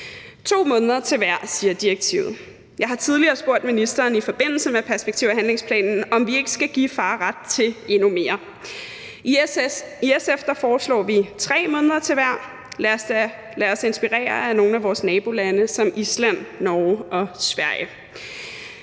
2 måneder til hver siger direktivet. Jeg har tidligere spurgt ministeren i forbindelse med perspektiv- og handlingsplanen, om ikke vi skal give far ret til endnu mere. I SF foreslår vi 3 måneder til hver; lad os inspirere af nogle af vores nabolande: Island, Norge og Sverige.